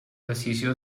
decisió